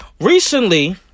recently